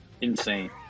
Insane